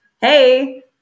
hey